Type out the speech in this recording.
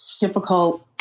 difficult